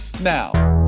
now